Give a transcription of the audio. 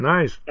Nice